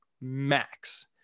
max